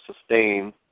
sustain